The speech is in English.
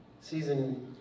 season